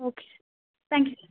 okay thank you